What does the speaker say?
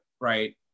right